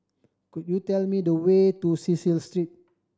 could you tell me the way to Cecil Street